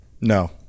No